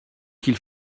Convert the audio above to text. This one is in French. qu’il